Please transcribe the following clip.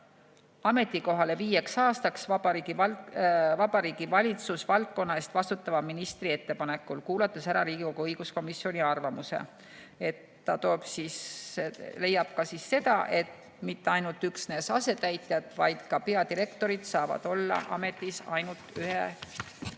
ametikohale viieks aastaks Vabariigi Valitsus valdkonna eest vastutava ministri ettepanekul, kuulates ära ka Riigikogu õiguskomisjoni arvamuse. Ta leiab ka seda, et mitte ainult üksnes asetäitjad, vaid ka peadirektorid peaksid saama olla ametis ainult ühe